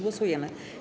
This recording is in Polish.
Głosujemy.